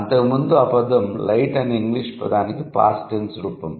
అంతకు ముందు ఆ పదం లైట్ అనే ఇంగ్లీష్ పదానికి పాస్ట్ టెన్స్ రూపం